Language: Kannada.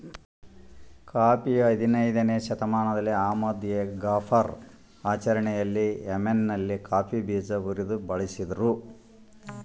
ಕಾಫಿಯು ಹದಿನಯ್ದನೇ ಶತಮಾನದಲ್ಲಿ ಅಹ್ಮದ್ ಎ ಗಫರ್ ಆಚರಣೆಯಲ್ಲಿ ಯೆಮೆನ್ನಲ್ಲಿ ಕಾಫಿ ಬೀಜ ಉರಿದು ಬಳಸಿದ್ರು